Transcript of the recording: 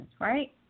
right